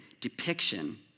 depiction